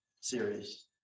series